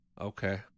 Okay